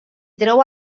treu